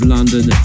London